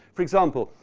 for example,